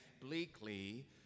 bleakly